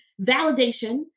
validation